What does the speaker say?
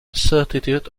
certitude